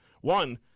one